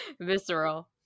Visceral